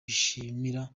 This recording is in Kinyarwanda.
bishimira